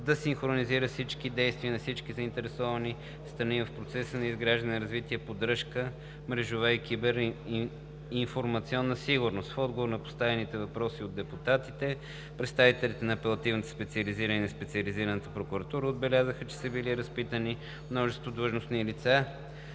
да синхронизира всички действия на всички заинтересовани страни в процеса на изграждане, развитие, поддръжка, мрежова и киберинформационна сигурност. В отговор на поставените въпроси от депутатите, представителите на Апелативната специализирана прокуратура и Специализираната прокуратура отбелязаха, че са били разпитани множество длъжностни лица,